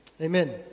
Amen